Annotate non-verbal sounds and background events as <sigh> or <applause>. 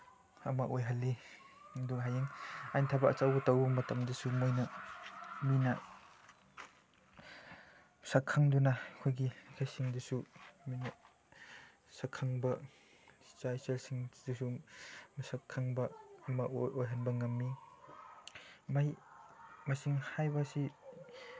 ꯑꯃ ꯑꯣꯏꯍꯜꯂꯤ ꯑꯗꯨ ꯍꯌꯦꯡ ꯑꯩꯅ ꯊꯕꯛ ꯑꯆꯧꯕ ꯇꯧꯕ ꯃꯇꯝꯗꯁꯨ ꯃꯣꯏꯅ ꯃꯤꯅ ꯁꯛꯈꯪꯗꯨꯅ ꯑꯩꯈꯣꯏꯒꯤ <unintelligible> ꯃꯣꯏꯅ ꯁꯛꯈꯪꯕ ꯏꯆꯥ ꯏꯆꯥꯁꯤꯡꯗꯨꯁꯨ ꯃꯁꯛ ꯈꯪꯕ ꯑꯣꯏꯍꯟꯕ ꯉꯝꯃꯤ ꯃꯍꯩ ꯃꯁꯤꯡ ꯍꯥꯏꯕ ꯑꯁꯤ